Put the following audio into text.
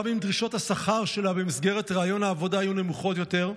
גם אם דרישות השכר שלה במסגרת ריאיון העבודה היו נמוכות יותר,